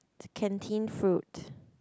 canteen food